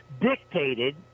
dictated